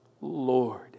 Lord